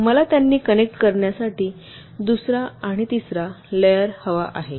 मला त्यांना कनेक्ट करण्यासाठी मला दुसरा आणि तिसरा लेयर हवा आहे